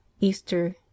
Easter